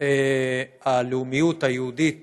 הלאומיות היהודית